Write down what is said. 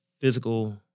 Physical